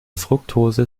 fruktose